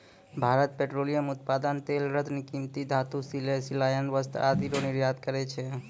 Bharat petroleum उत्पाद तेल रत्न कीमती धातु सिले सिलायल वस्त्र आदि रो निर्यात करै छै